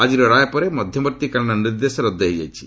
ଆଜିର ରାୟ ପରେ ମଧ୍ୟବର୍ତ୍ତୀକାଳୀନ ନିର୍ଦ୍ଦେଶ ରଦ୍ଦ ହୋଇଯାଇଛି